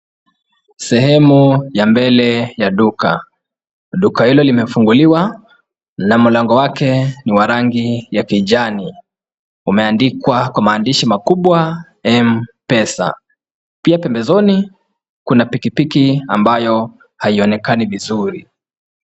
Sehemu ya mbele ya duka. Duka hilo limefunguliwa na mlango wake ni wa rangi ya kijani, umeandikwa kwa maandishi makubwa mpesa. Pembezoni kuna pikipiki ambayo haionekani vizuri.